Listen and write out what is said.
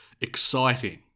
exciting